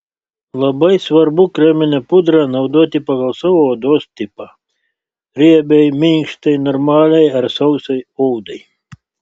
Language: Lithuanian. labai svarbu kreminę pudrą naudoti pagal savo odos tipą riebiai mišriai normaliai ar sausai odai